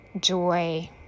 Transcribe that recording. joy